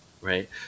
Right